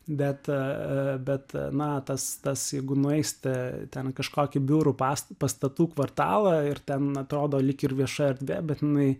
bet bet na tas tas jeigu nueisite ten kažkokį biurų pastat pastatų kvartalą ir ten atrodo lyg ir vieša erdvė bet jinai